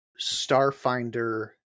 Starfinder